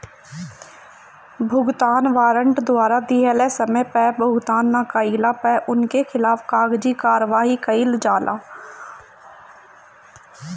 भुगतान वारंट द्वारा दिहल समय पअ भुगतान ना कइला पअ उनकी खिलाफ़ कागजी कार्यवाही कईल जाला